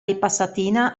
ripassatina